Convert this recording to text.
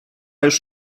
już